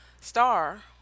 star